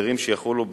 הסדרים שיחולו,